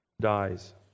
dies